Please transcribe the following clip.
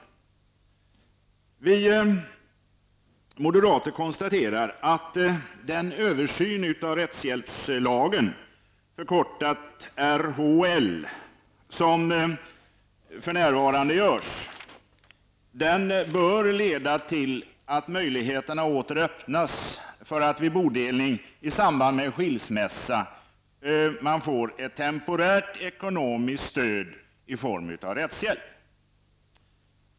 Vi moderater konstaterar att den översyn av rättshjälpslagen, RHL, som för närvarande görs bör leda till, att möjligheterna åter öppnas för att man vid bodelning i samband med skilsmässa skall få ett temporärt ekonomiskt stöd i form av rättshjälp.